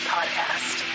Podcast